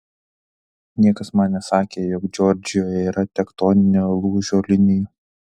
niekas man nesakė jog džordžijoje yra tektoninio lūžio linijų